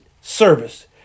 service